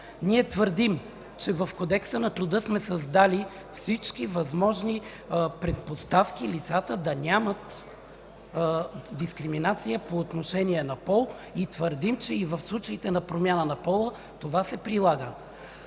Ние твърдим, че в Кодекса на труда сме създали всички възможни предпоставки лицата да нямат дискриминация по отношение на пол и твърдим, че и в случаите на промяна на пола, това се прилага.